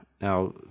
Now